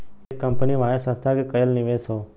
एक कंपनी वाहे संस्था के कएल निवेश हौ